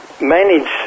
manage